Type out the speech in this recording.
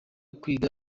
kwiga